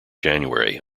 january